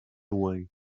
away